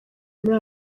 muri